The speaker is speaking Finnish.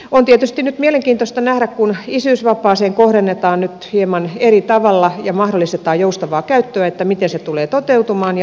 on tietysti nyt mielenkiintoista nähdä kun isyysvapaaseen kohdennetaan nyt hieman eri tavalla ja mahdollistetaan joustavaa käyttöä miten se tulee toteutumaan jatkossa